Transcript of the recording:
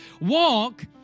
walk